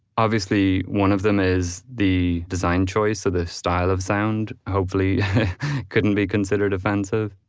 obviously, one of them is the design choice of the style of sound hopefully couldn't be considered offensive,